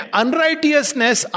unrighteousness